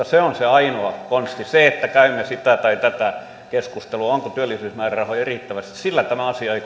se on se ainoa konsti sillä että käymme sitä tai tätä keskustelua onko työllisyysmäärärahoja riittävästi tämä asia ei